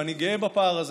ואני גאה בפער הזה.